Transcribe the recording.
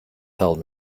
told